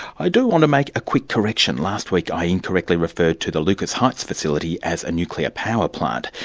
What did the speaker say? i do want to make a quick correction last week i incorrectly referred to the lucas heights facility as a nuclear power plant.